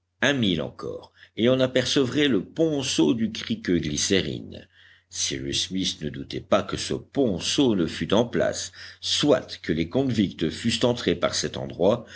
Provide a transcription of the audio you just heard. un mille encore et on apercevrait le ponceau du creek glycérine cyrus smith ne doutait pas que ce ponceau ne fût en place soit que les convicts fussent entrés par cet endroit